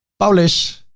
publish